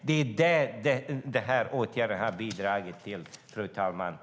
Det är vad den här åtgärden har bidragit till, fru talman.